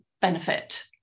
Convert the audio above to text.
benefit